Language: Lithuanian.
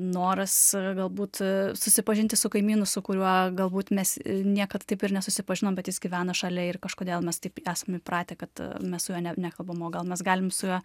noras galbūt susipažinti su kaimynu su kuriuo galbūt mes niekad taip ir nesusipažinom bet jis gyvena šalia ir kažkodėl mes taip esam įpratę kad mes su juo ne nekalbam o gal mes galim su juo